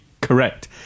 correct